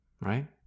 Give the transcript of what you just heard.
Right